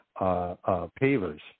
pavers